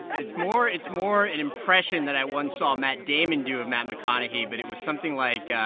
and it's more it's more an impression than i once saw matt damon do of matt mcconaughey, but it was something like